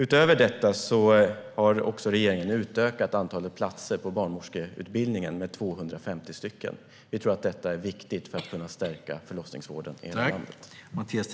Utöver detta har regeringen utökat antalet platser på barnmorskeutbildningen med 250 platser. Vi tror att det är viktigt för att kunna stärka förlossningsvården i hela landet.